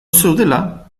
zeudela